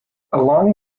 along